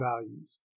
values